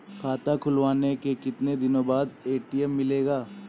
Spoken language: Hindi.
खाता खुलवाने के कितनी दिनो बाद ए.टी.एम मिलेगा?